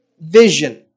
vision